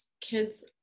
kids